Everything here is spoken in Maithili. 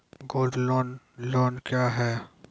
गोल्ड लोन लोन क्या हैं?